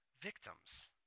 victims